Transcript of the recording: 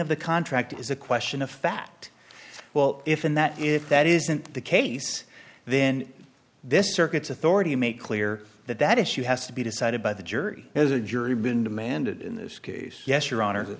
of the contract is a question of fact well if and that if that isn't the case then this circuits authority make clear that that issue has to be decided by the jury has a jury been demanded in this case yes your honor